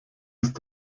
ist